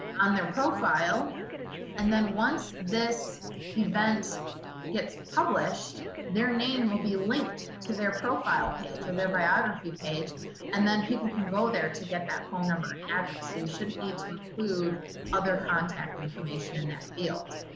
on their profile and then once this event gets published, their name will be linked to their profile page or their biography page and then people can go there to get that phone number and address. so you shouldn't need to include other contact information in that field.